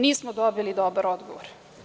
Nismo dobili dobar odgovor.